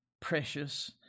precious